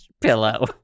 pillow